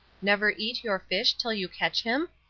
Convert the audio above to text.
never eat your fish till you catch him?